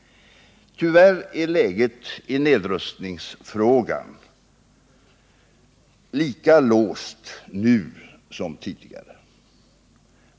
Tyvärr är läget i nedrustningsfrågan lika låst nu som tidigare.